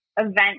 event